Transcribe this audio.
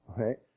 okay